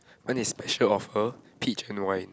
mine is special of her peach and wine